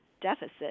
deficit